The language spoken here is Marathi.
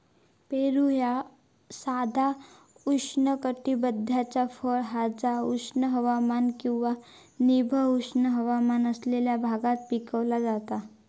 पेरू ह्या साधा उष्णकटिबद्धाचा फळ हा जा उष्ण हवामान किंवा निम उष्ण हवामान असलेल्या भागात पिकवला जाता